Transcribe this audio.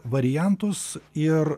variantus ir